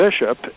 bishop